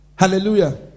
Hallelujah